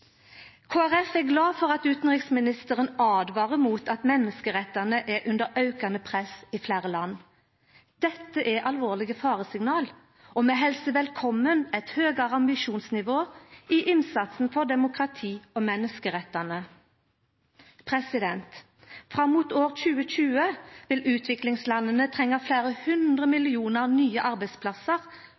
er glad for at utanriksministeren åtvarar mot at menneskerettane er under aukande press i fleire land. Dette er alvorlege faresignal, og vi helsar velkommen eit høgare ambisjonsnivå i innsatsen for demokrati og menneskerettar. Fram mot år 2020 vil utviklingslanda trenga fleire hundre millionar nye arbeidsplassar